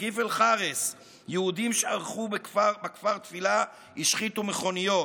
בכיפל חארת' יהודים שערכו בכפר תפילה השחיתו מכוניות,